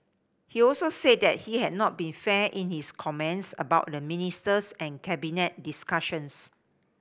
he also said that he had not been fair in his comments about the ministers and Cabinet discussions